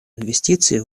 инвестиции